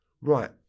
Right